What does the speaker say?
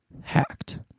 hacked